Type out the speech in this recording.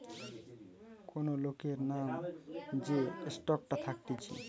কোন লোকের নাম যে স্টকটা থাকতিছে